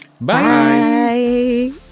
Bye